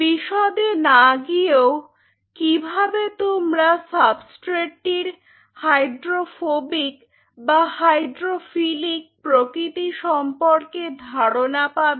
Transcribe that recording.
বিশদে না গিয়েও কিভাবে তোমরা সাবস্ট্রেটটির হাইড্রোফোবিক বা হাইড্রোফিলিক প্রকৃতি সম্পর্কে ধারনা পাবে